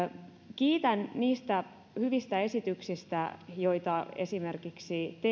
kiitän niistä hyvistä esityksistä joita esimerkiksi